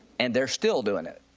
and they are still doing it.